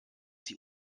sie